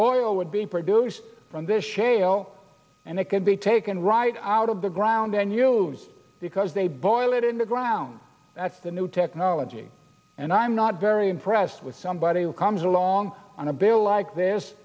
all would be produced from this shale and it could be taken right out of the ground and you because they boil it in the ground that's the new technology and i'm not very impressed with somebody who comes along on a bill like this